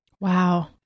Wow